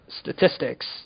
statistics